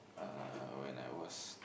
uh when I was